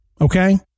Okay